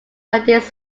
ideas